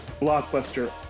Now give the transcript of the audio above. blockbuster